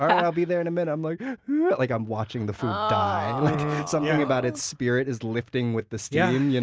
i'll be there in a minute. i'm like ah but like i'm watching the food die something about its spirit is lifting with the steam. you know